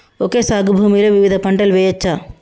Okay సాగు భూమిలో వివిధ పంటలు వెయ్యచ్చా?